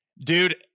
Dude